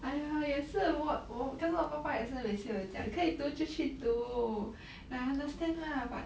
!aiya! 也是我可是我爸爸每次也跟我讲可以读就去读 like I understand lah but